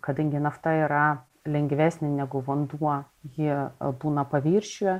kadangi nafta yra lengvesnė negu vanduo ji būna paviršiuje